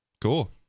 cool